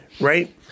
Right